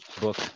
book